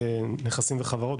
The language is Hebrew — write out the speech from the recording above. נכסים וחברות,